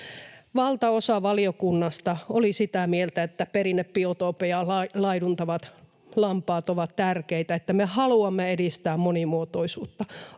Valtaosa valiokunnasta oli sitä mieltä, että perinnebiotooppeja laiduntavat lampaat ovat tärkeitä ja että me haluamme edistää monimuotoisuutta.